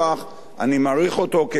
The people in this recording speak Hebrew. אני מעריך אותו כאיש ציבור,